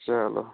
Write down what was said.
چلو